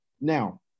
Now